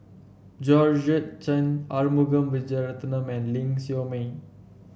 Georgette Chen Arumugam Vijiaratnam and Ling Siew May